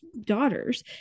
daughters